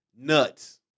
Nuts